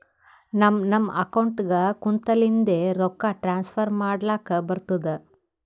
ನಮ್ ನಮ್ ಅಕೌಂಟ್ಗ ಕುಂತ್ತಲಿಂದೆ ರೊಕ್ಕಾ ಟ್ರಾನ್ಸ್ಫರ್ ಮಾಡ್ಲಕ್ ಬರ್ತುದ್